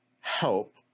help